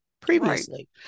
Previously